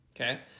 Okay